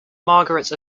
margaret